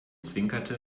zwinkerte